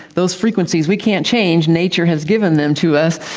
those frequencies we can't change, nature has given them to us,